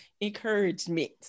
encouragement